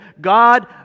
God